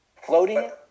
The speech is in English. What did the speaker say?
Floating